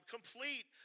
Complete